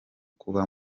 kuba